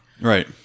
Right